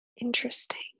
Interesting